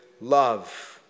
love